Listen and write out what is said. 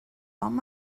hom